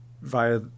via